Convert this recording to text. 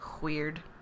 weird